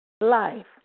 Life